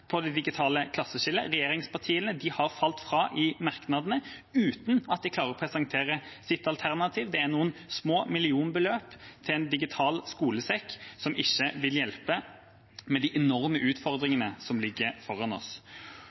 det digitale klasseskillet. Regjeringspartiene har falt fra i merknadene, uten at de klarer å presentere sitt alternativ. Det er noen små millionbeløp til en digital skolesekk, som ikke vil hjelpe på de enorme utfordringene som ligger foran oss.